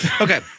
Okay